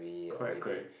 correct correct